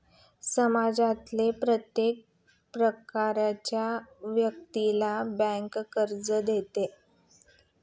समाजातील प्रत्येक प्रकारच्या व्यक्तीला बँका कर्ज देतात